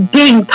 big